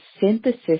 synthesis